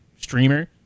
streamer